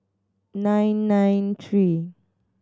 nine nine three